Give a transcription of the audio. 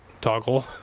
toggle